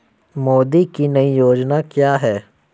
मोदी की नई योजना क्या है?